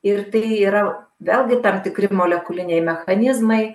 ir tai yra vėlgi tam tikri molekuliniai mechanizmai